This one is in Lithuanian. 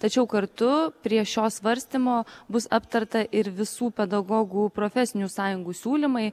tačiau kartu prie šio svarstymo bus aptarta ir visų pedagogų profesinių sąjungų siūlymai